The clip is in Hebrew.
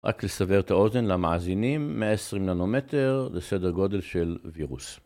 רק לסדר את האוזן למאזינים מ-20 ננומטר לסדר גודל של וירוס